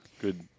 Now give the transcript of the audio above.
good